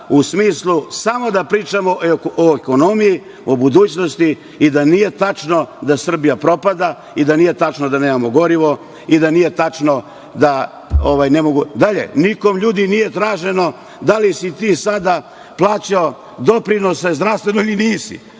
u smislu da samo pričamo o ekonomiji, o budućnosti i da nije tačno da Srbija propada i da nije tačno da nemamo gorivo i da nije tačno da ne mogu… Dalje, nikom, ljudi, nije traženo da li si ti sada plaćao doprinose zdravstveno ili nisi.